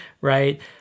right